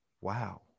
Wow